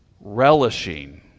relishing